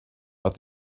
but